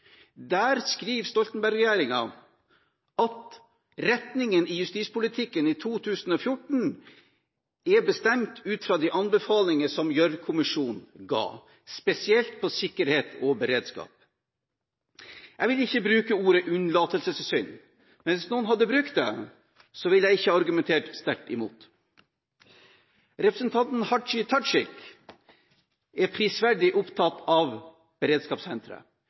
Der skriver Stoltenberg-regjeringen at retningen for justispolitikken i 2014 er bestemt ut fra de anbefalinger som Gjørv-kommisjonen ga, spesielt når det gjelder sikkerhet og beredskap. Jeg vil ikke bruke ordet unnlatelsessynd, men hvis noen hadde brukt det, ville jeg ikke argumentert sterkt imot. Representanten Hadia Tajik er prisverdig opptatt av beredskapssenteret.